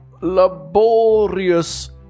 laborious